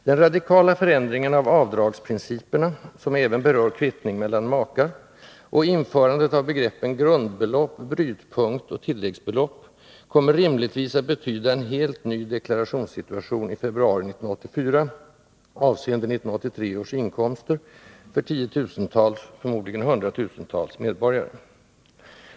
Den radikala förändringen av avdragsprin ciperna, som även berör kvittning mellan makar, och införandet av begreppen grundbelopp, brytpunkt och tilläggsbelopp kommer rimligtvis att betyda en helt ny deklarationssituation i februari 1984 avseende 1983 års inkomster för tiotusentals, förmodligen hundratusentals, medborgare.